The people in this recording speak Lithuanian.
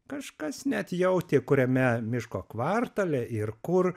kažkas net jautė kuriame miško kvartale ir kur